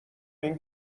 این